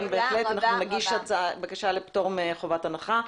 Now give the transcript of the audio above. נגיש בקשה לפטור מחובת הנחה.